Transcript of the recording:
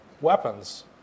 weapons